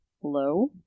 Hello